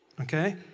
Okay